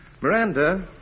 Miranda